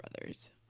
Brothers